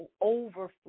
overflow